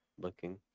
looking